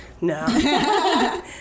No